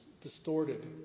distorted